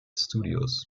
studios